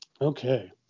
Okay